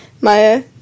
Maya